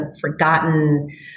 forgotten